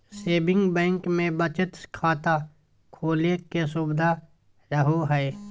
saving bank मे बचत खाता खोले के सुविधा रहो हय